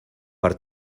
per